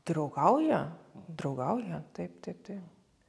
draugauja draugauja taip taip taip